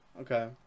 Okay